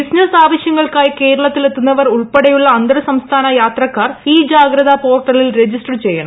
business ആവശ്യങ്ങൾക്കായി കേരളത്തിൽ എത്തുന്നവർ ഉൾപ്പെടെയുള്ള അന്തർസംസ്ഥാന യാത്രക്കാർ ഇ ജാഗ്രത പോർട്ടലിൽ രജിസ്റ്റർ ചെയ്യണം